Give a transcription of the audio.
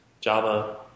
Java